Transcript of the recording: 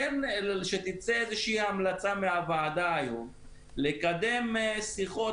כן שתצא איזושהי המלצה מהוועדה היום לקדם שיחות